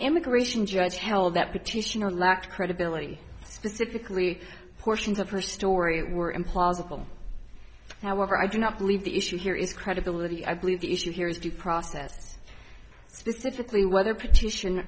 immigration judge held that petitioner lacked credibility specifically portions of her story were implausible however i do not believe the issue here is credibility i believe the issue here is due process specifically whether petition